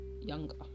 younger